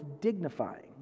dignifying